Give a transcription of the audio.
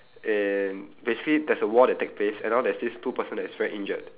and basically there's a war that take place and now there's this two person that is very injured